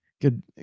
good